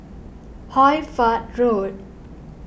Hoy Fatt Road